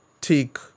take